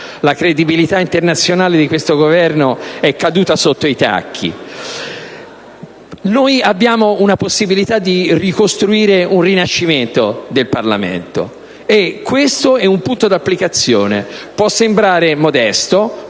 La credibilità internazionale di questo Governo è caduta sotto i tacchi. Abbiamo la possibilità di costruire un rinascimento del Parlamento, e questo è un punto di applicazione. Può sembrare modesto,